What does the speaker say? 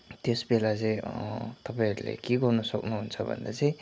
त्यस बेला चाहिँ तपाईँहरूले के गर्न सक्नुहुन्छ भन्दा चाहिँ